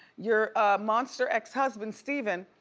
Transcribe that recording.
your monster ex-husband, stephen,